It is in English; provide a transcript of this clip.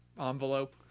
envelope